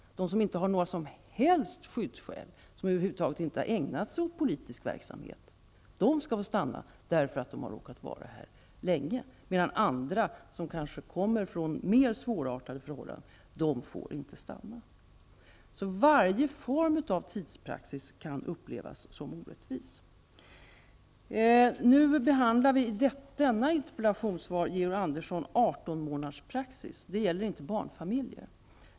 De som inte har några som helst skyddsskäl, som över huvud taget inte har ägnat sig åt politisk verksamhet, skall få stanna, därför att de råkar ha varit här länge. Andra däremot, som kanske kommer från mera svårartade förhållanden, får inte stanna. Varje form av tidspraxis kan alltså upplevas som orättvis. I detta interpellationssvar, Georg Andersson, behandlas 18-månaderspraxis. Det gäller inte barnfamiljer.